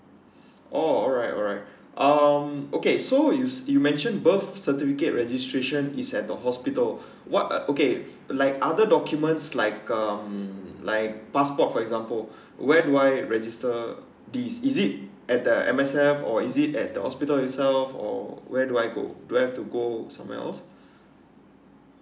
oh alright alright um okay so you s~ you mentioned birth certificate registration is at the hospital what uh okay like other documents like um like passport for example where do I register this is it at the M_S_F or is it at the hospital itself or where do I go where to go some where else